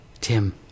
Tim